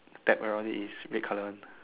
tap around it is red colour one